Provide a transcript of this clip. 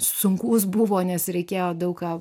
sunkus buvo nes reikėjo daug ką